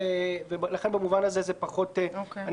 אוקיי.